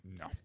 no